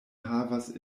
havas